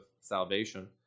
salvation